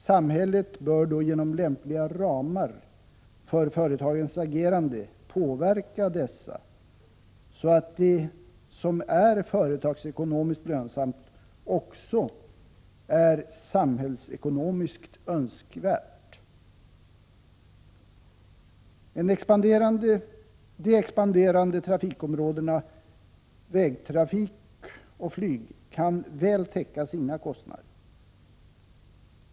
Samhället bör då genom lämpliga ramar för företagens agerande påverka dessa så att det som är företagsekonomiskt lönsamt också är samhällsekonomiskt önskvärt. , De expanderande trafikområdena vägtrafik och flyg kan täcka sina kostnader väl.